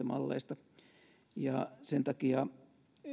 malleista ja sen takia